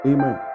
Amen